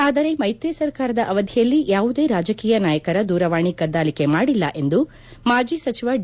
ಆದರೆ ಮೈತ್ರಿ ಸರ್ಕಾರದ ಅವಧಿಯಲ್ಲಿ ಯಾವುದೇ ರಾಜಕೀಯ ನಾಯಕರ ದೂರವಾಣಿ ಕದ್ಗಾಲಿಕೆ ಮಾಡಿಲ್ಲ ಎಂದು ಮಾಜಿ ಸಚಿವ ಡಿ